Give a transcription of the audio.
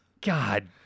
God